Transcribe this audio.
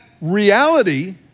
reality